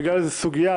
בגלל איזו סוגיה,